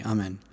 Amen